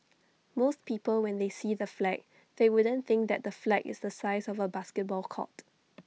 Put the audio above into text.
most people when they see the flag they wouldn't think that the flag is the size of A basketball court